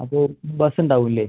അപ്പോൾ ബസ് ഉണ്ടാവുമല്ലേ